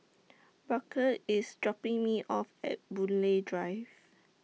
Burke IS dropping Me off At Boon Lay Drive